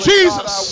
Jesus